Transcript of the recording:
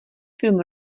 film